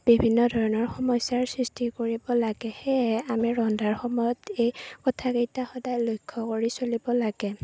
বিভিন্ন ধৰণৰ সমস্যাৰ সৃষ্টি কৰিব লাগে সেয়েহে আমি ৰন্ধাৰ সময়ত এই কথাকেইটা সদায় লক্ষ্য কৰি চলিব লাগে